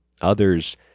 Others